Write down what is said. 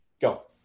go